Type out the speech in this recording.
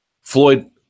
Floyd